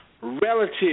relative